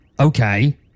Okay